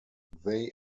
they